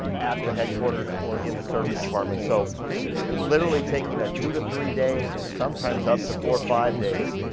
at the headquarters or in the service department. so literally taking a two to three day sometimes up to four or five days,